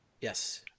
yes